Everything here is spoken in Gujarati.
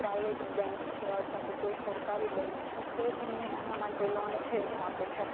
પ્રાઇવેટ બેંક અથવા તો કોઈ સરકારી બેંક છે તે તમને આના માટે લોન છે એ આપે છે